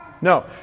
No